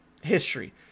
history